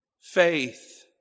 Faith